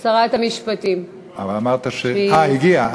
שרת המשפטים, אבל אמרת, אה, היא הגיעה.